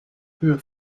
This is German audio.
höhe